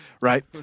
right